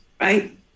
right